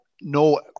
no